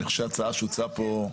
אני חושב שההצעה שהוצעה פה,